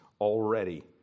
already